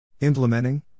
implementing